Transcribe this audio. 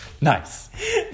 Nice